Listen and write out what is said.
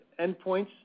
endpoints